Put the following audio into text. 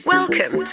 Welcome